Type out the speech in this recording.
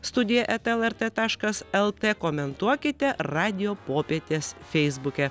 studija eta lrt taškas lt komentuokite radijo popietės feisbuke